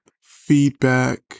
feedback